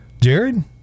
jared